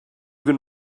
can